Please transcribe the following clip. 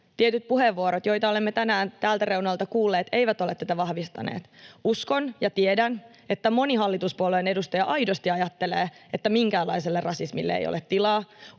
tietyt puheenvuorot, joita olemme tänään tältä reunalta kuulleet, [Puhuja viittaa oikealle] eivät ole tätä vahvistaneet. Uskon ja tiedän, että moni hallituspuolueiden edustaja aidosti ajattelee, että minkäänlaiselle rasismille ei ole tilaa.